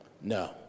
No